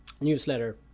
newsletter